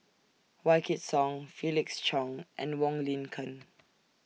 Wykidd Song Felix Cheong and Wong Lin Ken